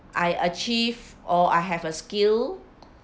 I achieve or I have a skill